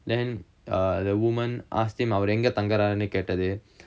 then uh the woman asked him அவரு எங்க தங்குறாறுனு கேட்டது:avaru enga thangurarunu kettathu